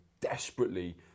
desperately